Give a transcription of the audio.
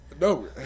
No